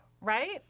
right